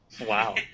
wow